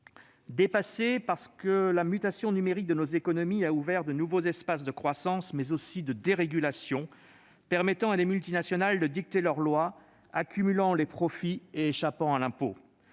dépassés, parce que la mutation numérique de nos économies a ouvert de nouveaux espaces de croissance, mais aussi de dérégulation, permettant à des multinationales de dicter leur loi, d'accumuler les profits et d'échapper à l'impôt.